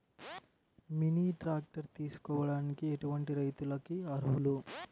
Mini tractor తీసుకోవడానికి ఎటువంటి రైతులకి అర్హులు?